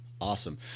Awesome